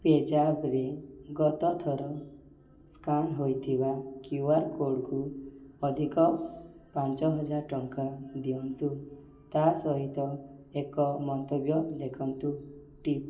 ପେଜାପ୍ରେ ଗତଥର ସ୍କାନ୍ ହୋଇଥିବା Q R କୋଡ଼୍କୁ ଅଧିକ ପାଞ୍ଚହଜାର ଟଙ୍କା ଦିଅନ୍ତୁ ତା'ସହିତ ଏକ ମନ୍ତବ୍ୟ ଲେଖନ୍ତୁ ଟିପ୍